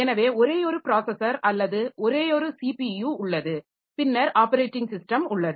எனவே ஒரேயொரு ப்ராஸஸர் அல்லது ஒரேயொரு ஸிபியு உள்ளது பின்னர் ஆப்பரேட்டிங் ஸிஸ்டம் உள்ளது